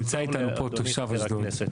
נמצא איתנו פה תושב אשדוד,